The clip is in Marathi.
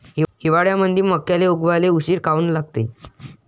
हिवाळ्यामंदी मक्याले उगवाले उशीर काऊन लागते?